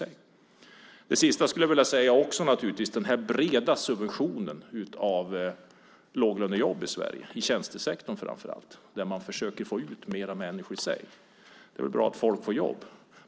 När det gäller den breda subventionen av låglönejobb i Sverige, framför allt i tjänstesektorn där man försöker få ut mer människor, är det väl bra att folk får jobb.